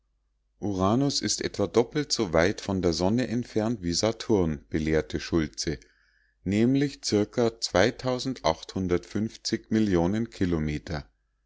uranus ist etwa doppelt so weit von der sonne entfernt wie saturn belehrte schultze nämlich zirka millionen kilometer